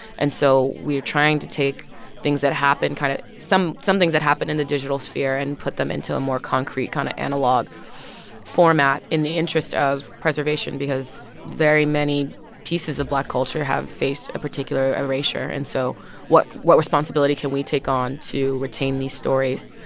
and so we're trying to take things that happen kind of some some things that happen in the digital sphere and put them into a more concrete, kind of analog format in the interest of preservation. because very many pieces of black culture have faced a particular erasure. and so what what responsibility can we take on to retain these stories?